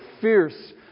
fierce